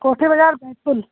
Kothi Bazaar Betul